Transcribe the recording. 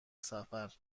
سفر